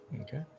Okay